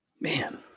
Man